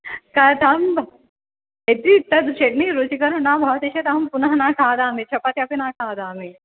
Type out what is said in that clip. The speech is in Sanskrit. कथं यदि तद् चट्नि रुचिकरं न भवति चेत् अहं पुनः न खादामि चपाति अपि न खादामि